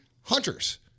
hunters